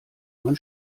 man